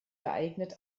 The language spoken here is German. geeignet